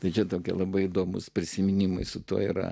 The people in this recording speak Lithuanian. tai čia tokia labai įdomus prisiminimai su tuo yra